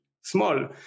small